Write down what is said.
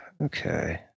okay